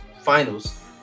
finals